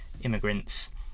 immigrants